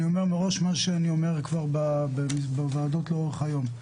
אני אומר מראש את מה שאני אומר בוועדות לאורך היום.